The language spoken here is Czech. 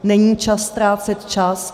Není čas ztrácet čas.